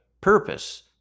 purpose